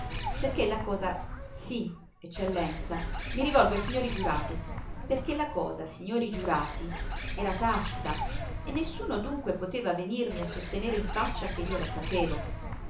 perché la cosa sì eccellenza mi rivolgo ai signori giurati perché la cosa signori giurati era tacita e nessuno dunque poteva venirmi a sostenere in faccia che io la sapevo